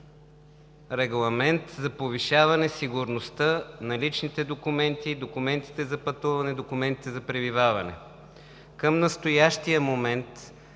Регламент за повишаване сигурността на личните документи, документите за пътуване, документите за пребиваване. Към настоящия момент